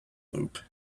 loop